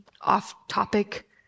off-topic